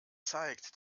zeigt